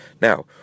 Now